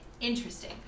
interesting